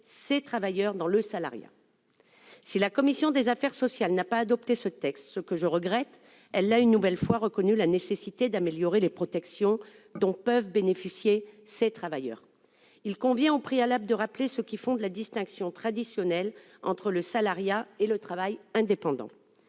ces travailleurs dans le salariat. Si la commission des affaires sociales n'a pas adopté ce texte, ce que je regrette, elle a une nouvelle fois reconnu la nécessité d'améliorer les protections dont peuvent bénéficier ces travailleurs. Il convient tout d'abord de rappeler ce qui fonde la distinction traditionnelle entre le salariat et le travail indépendant.